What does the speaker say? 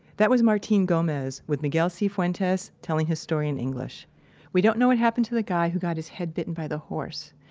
that was martin gomez with miguel sifuentes telling his story in english we don't know what happened to the guy who got his head bitten by the horse,